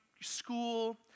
school